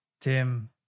Tim